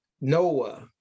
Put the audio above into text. Noah